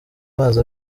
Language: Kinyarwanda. mazi